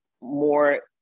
more